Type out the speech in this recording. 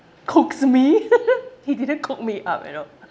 cooks me he didn't cook me up you know